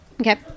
Okay